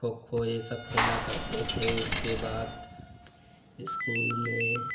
खो खो यह सब खेला करते थे उसके बाद स्कूल में